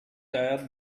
tire